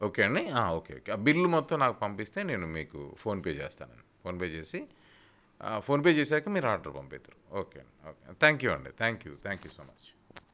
okay అండి okay okay bill మొత్తం నాకు పంపిస్తే నేను మీకు ఫోన్పే చేస్తానండి ఫోన్పే చేసి ఫోన్పే చేశాక మీరు ఆర్డర్ పంపిదురు ఓకే అండి ఓకే థ్యాంక్ యూ అండి thank you thank you so much